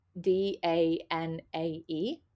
d-a-n-a-e